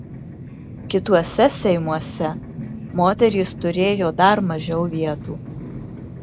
kituose seimuose moterys turėjo dar mažiau vietų